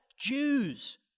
Jews